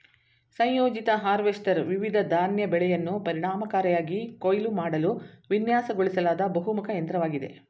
ಸಂಯೋಜಿತ ಹಾರ್ವೆಸ್ಟರ್ ವಿವಿಧ ಧಾನ್ಯ ಬೆಳೆಯನ್ನು ಪರಿಣಾಮಕಾರಿಯಾಗಿ ಕೊಯ್ಲು ಮಾಡಲು ವಿನ್ಯಾಸಗೊಳಿಸಲಾದ ಬಹುಮುಖ ಯಂತ್ರವಾಗಿದೆ